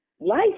Life